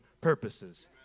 purposes